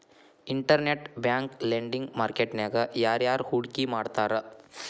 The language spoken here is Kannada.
ಇನ್ಟರ್ನೆಟ್ ಬ್ಯಾಂಕ್ ಲೆಂಡಿಂಗ್ ಮಾರ್ಕೆಟ್ ನ್ಯಾಗ ಯಾರ್ಯಾರ್ ಹೂಡ್ಕಿ ಮಾಡ್ತಾರ?